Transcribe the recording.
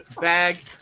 bag